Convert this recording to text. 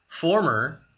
former